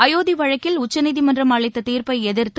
அயோத்தி வழக்கில் உச்சநீதிமன்றம் அளித்த தீர்ப்பை எதிர்த்து